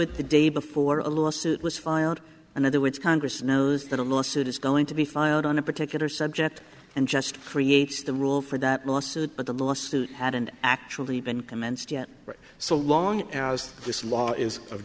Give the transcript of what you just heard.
it the day before a lawsuit was filed in other words congress knows that a lawsuit is going to be filed on a particular subject and just creates the rule for that lawsuit but the lawsuit hadn't actually been commenced yet so long as this law is of